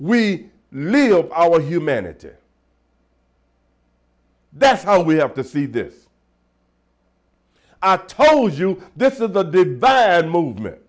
we live our humanity that's how we have to see this i told you this is the dead dad movement